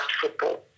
football